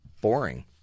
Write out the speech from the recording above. boring